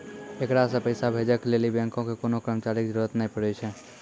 एकरा से पैसा भेजै के लेली बैंको के कोनो कर्मचारी के जरुरत नै पड़ै छै